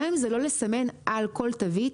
גם אם זה לא לסמן על כל תווית,